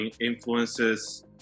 Influences